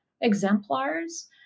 exemplars